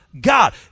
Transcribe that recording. God